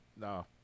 No